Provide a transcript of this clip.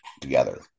together